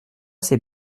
c’est